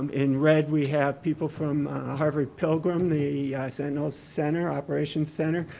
um in red we have people from harvard-pilgrim the sentinel center, operations center.